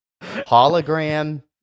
hologram